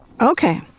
Okay